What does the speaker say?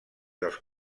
dels